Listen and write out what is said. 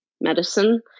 medicine